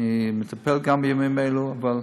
אני מטפל בימים אלו בזה.